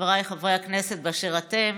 חבריי חברי הכנסת, באשר אתם.